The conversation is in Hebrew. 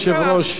היושב-ראש,